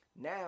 now